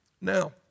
Now